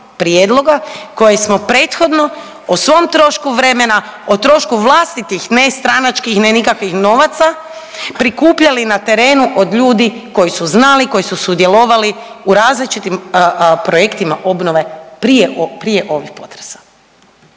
prijedloga koje smo prethodno o svom trošku vremena, o trošku vlastitih nestranačkih, ne nikakvih novaca prikupljali na terenu od ljudi koji su znali, koji su sudjelovali u različitim projektima obnove prije ovih potresa.